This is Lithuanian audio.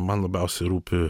man labiausiai rūpi